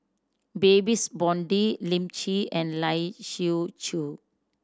Babes Conde Lim Lee and Lai Siu Chiu